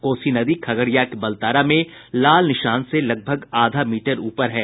कोसी नदी खगड़िया के बलतारा में लाल निशान से लगभग आधा मीटर ऊपर है